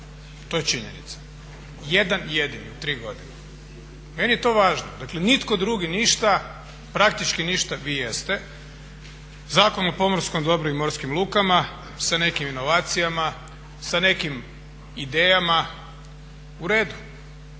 To je činjenica. Jedan jedini u tri godine. Meni je to važno. Dakle, nitko drugi ništa, praktički ništa, vi jeste. Zakon o pomorskom dobru i morskim lukama sa nekim inovacijama, sa nekim idejama u redu.